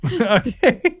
Okay